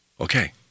Okay